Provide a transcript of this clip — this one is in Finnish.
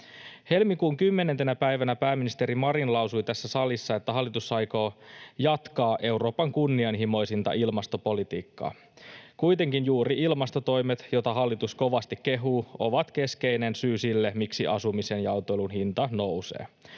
Helmikuun 10. päivänä pääministeri Marin lausui tässä salissa, että hallitus aikoo jatkaa Euroopan kunnianhimoisinta ilmastopolitiikkaa. Kuitenkin juuri ilmastotoimet, joita hallitus kovasti kehuu, ovat keskeinen syy sille, miksi asumisen ja autoilun hinta nousee.